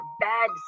bad